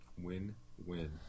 Win-win